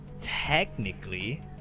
technically